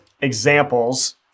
examples